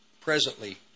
presently